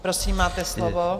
Prosím, máte slovo.